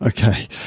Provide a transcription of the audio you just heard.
Okay